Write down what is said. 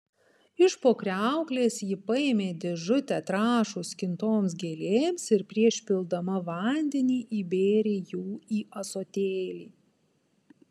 iš po kriauklės ji paėmė dėžutę trąšų skintoms gėlėms ir prieš pildama vandenį įbėrė jų į ąsotėlį